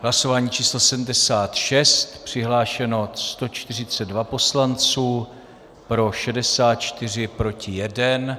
Hlasování číslo 76, přihlášeno 142 poslanců, pro 64, proti 1.